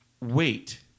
wait